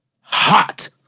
hot